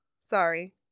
sorry